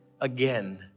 again